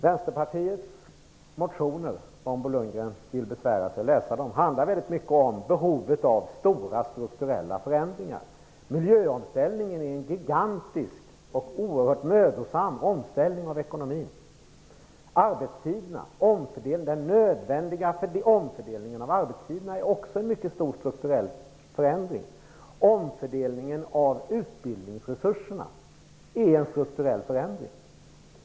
Vänsterpartiets motioner - om Bo Lundgren vill besvära sig med att läsa dem - handlar mycket om behovet av stora strukturella förändringar. Miljöomställningen är en gigantisk och oerhört mödosam omställning av ekonomin. Den nödvändiga omfördelningen av arbetstiderna är också en mycket stor strukturell förändring. Omfördelningen av utbildningsresurserna är en strukturell förändring.